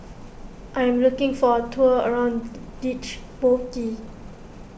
I am looking for a tour around Djibouti